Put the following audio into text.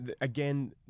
again